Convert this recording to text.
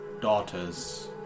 daughter's